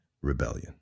rebellion